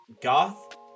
goth